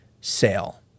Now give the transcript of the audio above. sale